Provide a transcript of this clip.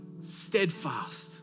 steadfast